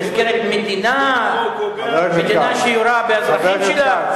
במסגרת מדינה, שתדע שהיא יורה באזרחים שלה?